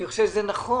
אני חושב שזה נכון.